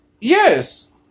yes